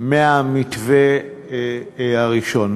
מהמתווה הראשון.